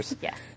Yes